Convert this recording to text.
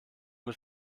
mit